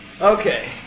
Okay